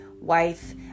wife